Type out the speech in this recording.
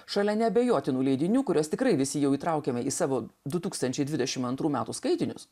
šalia neabejotinų leidinių kuriuos tikrai visi jau įtraukėme į savo du tūkstančiai dvidešimt antrų metų skaitinius